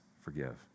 forgive